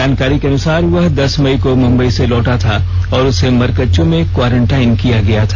जानकारी के अनुसार वह दस मई को मुंबई से लौटा था और उसे मरकच्चो में क्वारंटाइन किया गया था